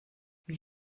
wie